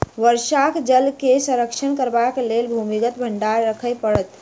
वर्षाक जल के संरक्षण करबाक लेल भूमिगत भंडार राखय पड़त